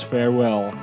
Farewell